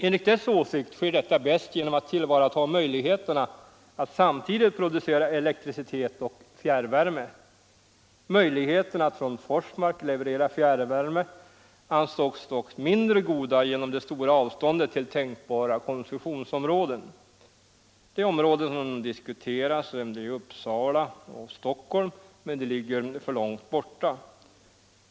Enligt dess åsikt sker detta bäst genom att man tillvaratar möjligheterna att samtidigt producera elektricitet och fjärrvärme. Möjligheterna att från Forsmark leverera fjärrvärme anses dock mindre goda på grund av det stora avståndet till tänkbara konsumtionsområden. De områden som diskuteras är Uppsala och Stockholm, men de ligger för långt bort.